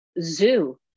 zoo